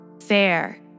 fair